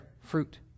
fruit